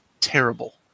terrible